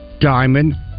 diamond